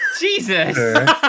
Jesus